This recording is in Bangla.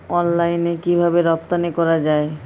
অনলাইনে কিভাবে রপ্তানি করা যায়?